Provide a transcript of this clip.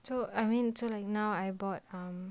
so I mean so like now I bought um